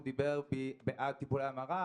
דיבר בעד טיפולי המרה,